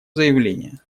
заявление